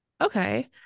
Okay